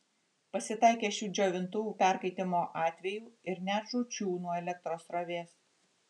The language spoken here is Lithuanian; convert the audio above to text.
pasitaikė šių džiovintuvų perkaitimo atvejų ir net žūčių nuo elektros srovės